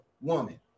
woman